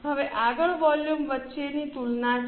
હવે આગળ વોલ્યુમ વચ્ચેની તુલના છે